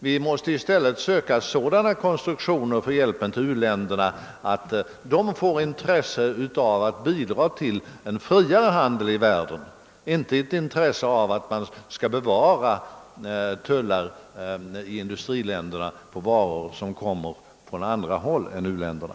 Vi måste tvärtom söka åstadkomma sådana konstruktioner för hjälpen till u-länderna att de får intresse av att bidra till en friare handel i världen, icke ett intresse av att man skall bevara tullar i industriländerna på varor som kommer från annat håll än från u-länderna.